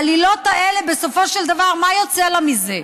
העלילות האלה, בסופו של דבר, מה יוצא לה מזה?